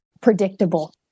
predictable